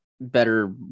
better